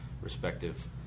respective